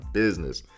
business